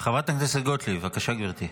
חברת הכנסת גוטליב, בבקשה, גברתי.